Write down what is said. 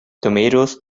tomatoes